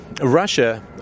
Russia